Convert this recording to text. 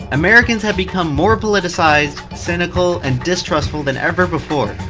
americans have become more politicized, cynical, and distrustful than ever before.